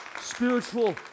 spiritual